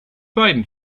beiden